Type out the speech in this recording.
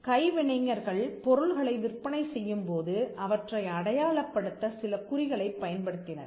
கைவினைஞர்கள் பொருள்களை விற்பனை செய்யும்போது அவற்றை அடையாளப்படுத்த சில குறிகளைப் பயன்படுத்தினர்